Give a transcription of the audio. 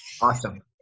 Awesome